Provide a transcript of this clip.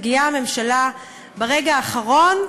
מגיעה הממשלה ברגע האחרון,